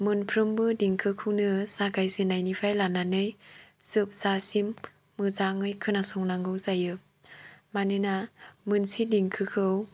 मोनफ्रोमबो देंखोखौनो जागायजेननाय निफ्राय लानानै जोबजासिम मोजाङै खोनासंनांगौ जायो मानोना मोनसे देंखोखौ